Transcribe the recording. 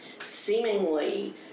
seemingly